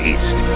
East